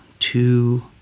two